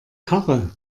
karre